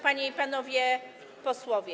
Panie i Panowie Posłowie!